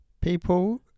people